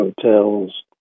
hotels